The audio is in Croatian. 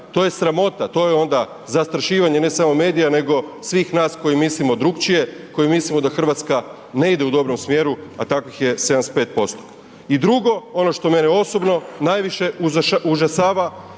to je sramota, to je onda zastrašivanje ne samo medija nego svih nas koji mislimo drukčije, koji mislimo da Hrvatska ne ide u dobrom smjeru a takvih je 75%. I drugo, ono što mene osobno, najviše užasava